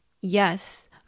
Yes